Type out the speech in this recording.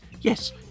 yes